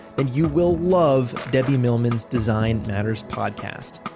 but you will love debbie millman's design matters podcast.